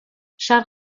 charles